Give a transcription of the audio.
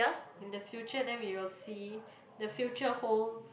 in the future then we will see the future holds